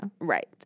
Right